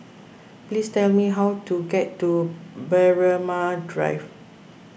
please tell me how to get to Braemar Drive